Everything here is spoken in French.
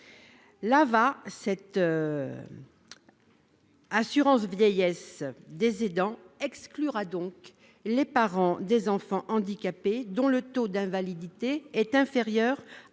L'AVA, cette assurance vieillesse des aidants, exclura donc les parents des enfants handicapés dont le taux d'invalidité est inférieur